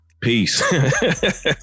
peace